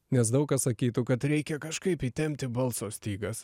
nes daug kas sakytų kad reikia kažkaip įtempti balso stygas